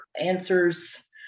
answers